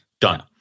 done